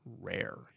rare